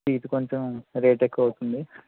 seat కొంచం rate ఎక్కువవుతుంది